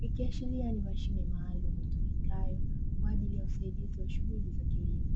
ikiashiria ni mashine maalumu itumikayo kwa ajili ya usaidizi wa shughuli za kilimo.